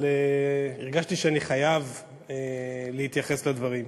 אבל הרגשתי שאני חייב להתייחס לדברים.